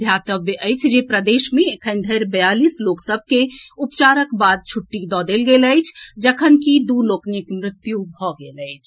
ध्यातव्य अछि जे प्रदेश मे एखन धरि बियालीस लोक सभ के उपचारक बाद छुट्टी दऽ देल गेल अछि जखनकि दू लोकनिक मृत्यु भऽ गेल अछि